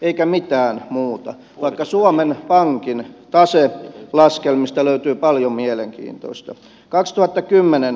eikä mitään muuta vaikka suomen pankin taselaskelmista löytyy paljon mielenkiintoista